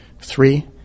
three